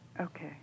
Okay